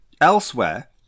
elsewhere